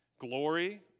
Glory